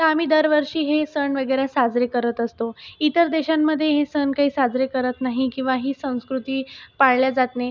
तर आम्ही दरवर्षी हे सण वगैरे साजरे करत असतो इतर देशांमध्ये हे सण काही साजरे करत नाही किंवा ही संस्कृती पाळली जात नाही